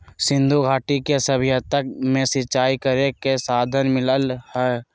सिंधुघाटी के सभ्यता में सिंचाई करे के साधन मिललई ह